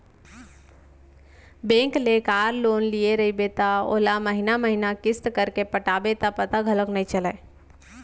bank ले car loan लिये रइबे त ओला महिना महिना किस्त करके पटाबे त पता घलौक नइ चलय